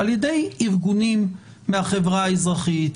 על ידי ארגונים מהחברה האזרחית,